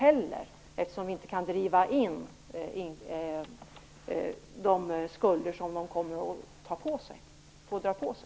Vi kan ju inte driva in skulder som de här människorna kommer att få dra på sig.